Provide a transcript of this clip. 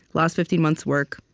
lost fifteen months work?